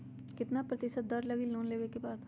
कितना प्रतिशत दर लगी लोन लेबे के बाद?